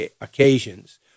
occasions